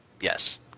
Yes